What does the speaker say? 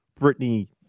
Britney